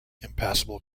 impassable